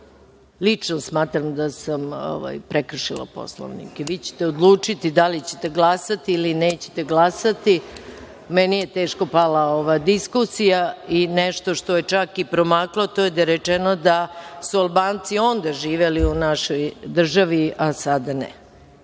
Lično smatram da sam prekršila Poslovnik, vi ćete odlučiti da li ćete glasati ili nećete, meni je teško pala ova diskusija. Nešto što je čak i promaklo to je da je rečeno da su Albanci i onda živeli u našoj državi, a sada